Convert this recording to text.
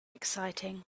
exciting